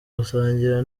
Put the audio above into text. gusangira